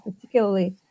particularly